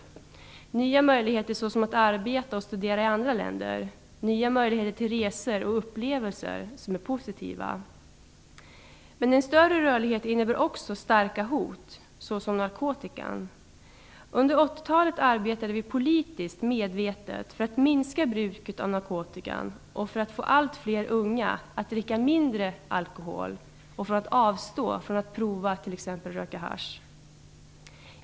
Det gäller positiva möjligheter i form av arbete och studier i andra länder liksom i form av resor och upplevelser. Men en större rörlighet innebär också starka hot, som från narkotikan. Under 80-talet arbetade vi politiskt medvetet för att minska bruket av narkotikan och för att få allt fler unga att dricka mindre alkohol och att avstå från att prova t.ex. haschrökning.